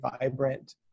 vibrant